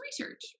research